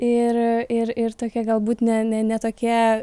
ir ir ir tokia galbūt ne ne ne tokia